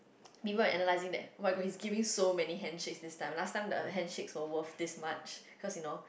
even analysing that [oh]-my-god he is giving so many handshakes this time last time the handshakes were worth this much cause you know